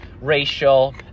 racial